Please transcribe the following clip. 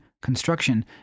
Construction